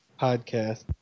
podcast